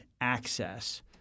access